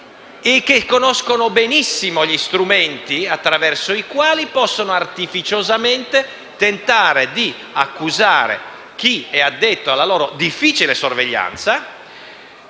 - che conoscono benissimo gli strumenti attraverso i quali tentare artificiosamente di accusare chi è addetto alla loro difficile sorveglianza